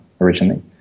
originally